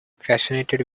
fascinated